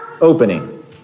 opening